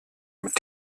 mit